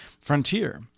Frontier